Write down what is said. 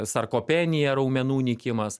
sarkopenija raumenų nykimas